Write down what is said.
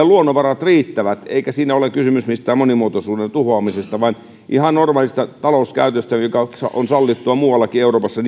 luonnonvarat riittävät eikä siinä ole kysymys mistään monimuotoisuuden tuhoamisesta vaan ihan normaalista talouskäytöstä joka on sallittua muuallakin euroopassa